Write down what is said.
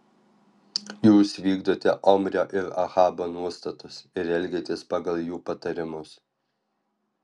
jūs vykdote omrio ir ahabo nuostatus ir elgiatės pagal jų patarimus